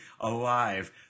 alive